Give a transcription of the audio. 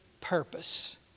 purpose